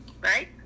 right